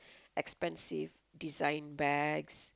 expensive design bags